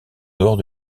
dehors